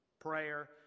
Prayer